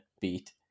beat